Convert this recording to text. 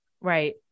Right